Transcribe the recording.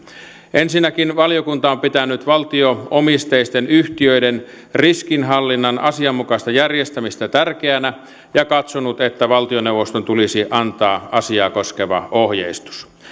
ensinnäkin valiokunta on pitänyt valtio omisteisten yhtiöiden riskinhallinnan asianmukaista järjestämistä tärkeänä ja katsonut että valtioneuvoston tulisi antaa asiaa koskeva ohjeistus